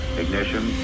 ignition